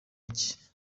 iki